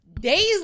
days